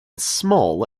small